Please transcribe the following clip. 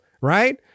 right